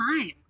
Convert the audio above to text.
time